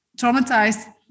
traumatized